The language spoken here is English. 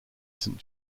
saint